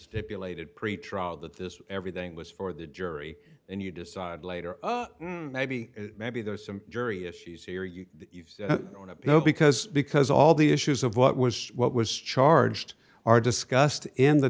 stipulated pretrial that this everything was for the jury and you decide later maybe maybe there's some jury issues here you want to know because because all the issues of what was what was charged are discussed in the